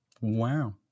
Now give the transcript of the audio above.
wow